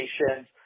Nations